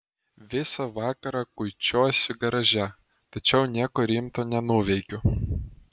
visą vakarą kuičiuosi garaže tačiau nieko rimto nenuveikiu